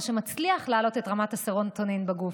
מה שמצליח להעלות את רמת הסרוטונין בגוף,